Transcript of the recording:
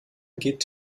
geht